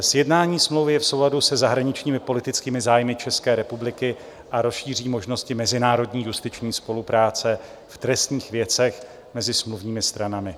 Sjednání smlouvy je v souladu se zahraničními politickými zájmy České republiky a rozšíří možnosti mezinárodní justiční spolupráce v trestních věcech mezi smluvními stranami.